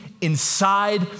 inside